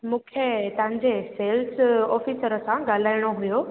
मूंखे तव्हां जे सेल्स ऑफिसर सां ॻाल्हाइणो हुयो